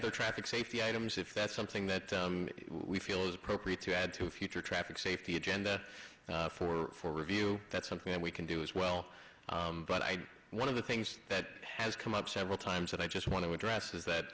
other traffic safety items if that's something that we feel is appropriate to add to future traffic safety agenda for review that's something that we can do as well but i one of the things that has come up several times that i just want to address is that